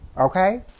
Okay